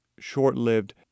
short-lived